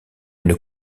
une